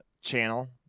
channel